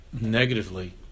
negatively